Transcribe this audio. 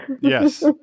Yes